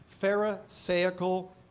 pharisaical